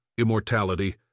immortality